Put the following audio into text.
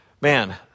Man